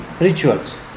rituals